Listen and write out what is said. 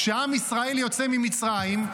כשעם ישראל יוצא ממצרים,